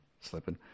slipping